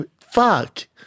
Fuck